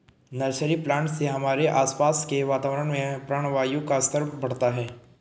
nursery plant से हमारे आसपास के वातावरण में प्राणवायु का स्तर बढ़ता है